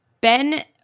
Ben